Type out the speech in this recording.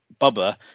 Bubba